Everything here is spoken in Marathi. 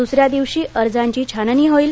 दुसऱ्या दिवशी अर्जांची छाननी होईल